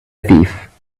thief